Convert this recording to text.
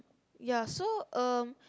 ya so um